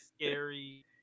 scary